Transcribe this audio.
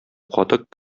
катык